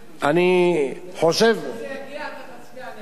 אני חושב, כשזה יגיע אתה תצביע נגד.